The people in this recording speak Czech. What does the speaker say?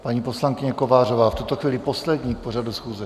Paní poslankyně Kovářová, v tuto chvíli poslední k pořadu schůze.